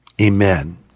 Amen